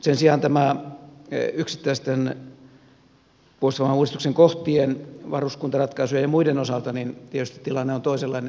sen sijaan näiden yksittäisten puolustusvoimauudistuksen kohtien varuskuntaratkaisujen ja muiden osalta tietysti tilanne on toisenlainen